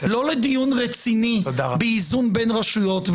לא לדיון רציני באיזון בין רשויות.